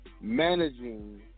managing